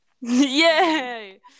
Yay